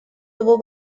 его